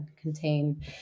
contain